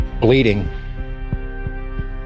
bleeding